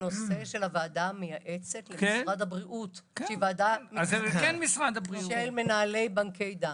זה נושא של הוועדה המייעצת למשרד הבריאות שהיא ועדה של מנהלי בנקי דם,